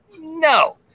No